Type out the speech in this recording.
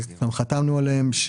וגם חתמנו עליהן.